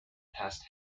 past